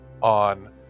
on